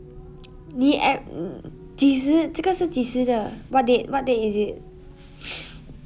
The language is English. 你 eh mm 几时这个是几时的 what date what date is it